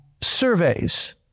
Surveys